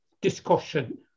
discussion